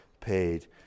paid